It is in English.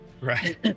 Right